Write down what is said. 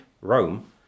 Rome